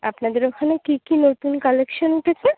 আপনাদের ওখানে কী কী নতুন কালেকশান উঠেছে